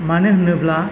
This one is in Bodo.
मानो होनोब्ला